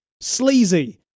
sleazy